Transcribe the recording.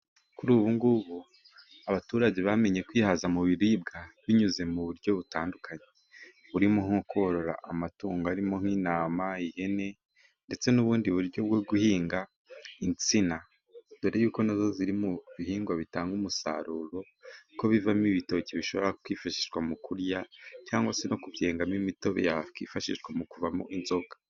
Kuri ubu ngubu abaturage bamenye kwihaza mu biribwa binyuze mu buryo butandukanye, burimo nko korora amatungo ,arimo:nk'intama, ihene ndetse n'ubundi buryo bwo guhinga insina, dore ko na zo ziri mu bihingwa bitanga umusaruro, ko bivamo ibitoki bishobora kwifashishwa mu kurya cyangwa se no kubyengamo imitobe ,yakwifashishwa mu kumo inzoga.